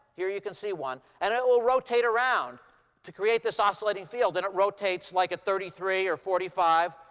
here you can see one. and it will rotate around to create this oscillating field. and it rotates, like at thirty three, or forty five,